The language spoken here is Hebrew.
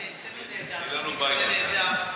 נכון.